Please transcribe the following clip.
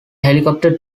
helicopter